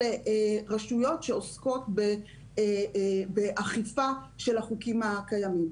רשויות שעוסקות באכיפה של החוקים הקיימים.